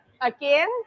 again